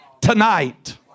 tonight